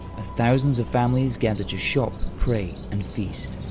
as thousands of families gather to shop, pray and feast.